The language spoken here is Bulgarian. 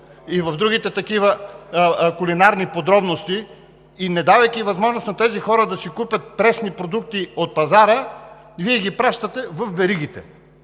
и в другите такива. Не давайки възможност на тези хора да си купят пресни продукти от пазара, Вие ги пращате във веригите.